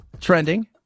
Trending